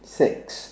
six